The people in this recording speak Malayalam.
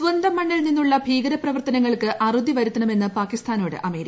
സ്വന്തം മണ്ണിൽ നിന്നുള്ള ഭീകരപ്രവർത്തനങ്ങൾക്ക് അറുതി വരുത്തണമെന്ന് പാകിസ്ഥാനോട് അമേരിക്ക